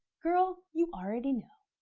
girl, you already know.